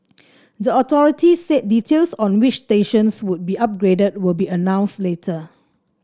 the authority said details on which stations would be upgraded will be announced later